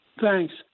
Thanks